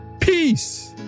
peace